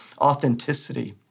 authenticity